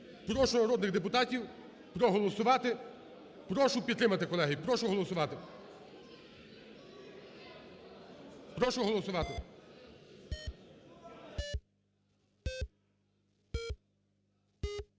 Прошу народних депутатів проголосувати. Прошу підтримати, колеги, прошу голосувати. Прошу голосувати.